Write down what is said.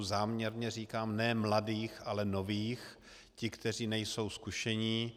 Záměrně říkám ne mladých, ale nových, ti, kteří nejsou zkušení.